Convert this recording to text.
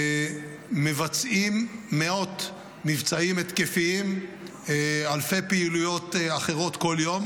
מבצעים מאות מבצעים התקפיים ואלפי פעילויות אחרות כל יום.